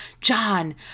John